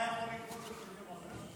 זה לא היה יכול לקרות אצל יו"ר אחר?